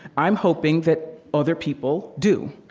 i'm hoping that other people do.